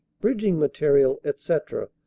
bridging material, etc,